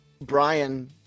Brian